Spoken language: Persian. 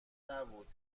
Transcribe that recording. نبوده